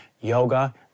yoga